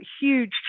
huge